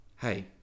hey